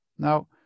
Now